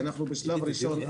בשלב ראשון,